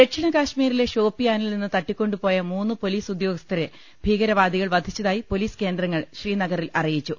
ദക്ഷിണ കശ്മീരിലെ ഷോപ്പിയാനിൽ നിന്ന് തട്ടിക്കൊണ്ടുപോയ മൂന്ന് പൊലീസ് ഉദ്യോഗസ്ഥരെ ഭീകരവാദികൾ വധിച്ചതായി പൊലീസ് കേന്ദ്രങ്ങൾ ശ്രീനഗറിൽ അറിയിച്ചു